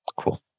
Cool